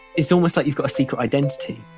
it's almost like you've got a secret identity,